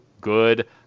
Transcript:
Good